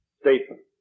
statement